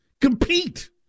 compete